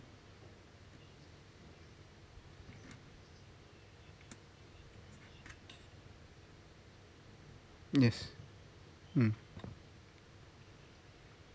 yes mm